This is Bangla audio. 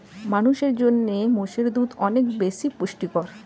মানুষের জন্য মোষের দুধ অনেক বেশি পুষ্টিকর